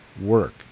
work